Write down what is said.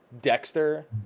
Dexter